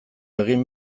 egin